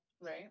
right